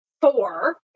four